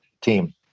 team